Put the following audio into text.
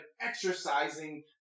exercising